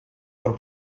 por